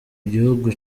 gihugu